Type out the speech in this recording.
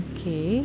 Okay